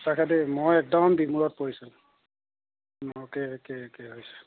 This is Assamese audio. সঁচাকৈ দেই মই একদম বিমোৰত পৰিছোঁ হৈছে